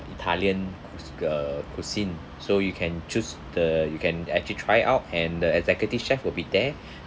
italian cuis~ uh cuisine so you can choose the you can actually try out and the executive chef will be there